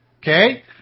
Okay